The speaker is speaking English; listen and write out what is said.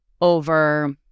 over